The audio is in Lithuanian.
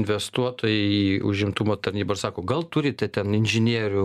investuotojai į užimtumo tarnybą ir sako gal turite ten inžinierių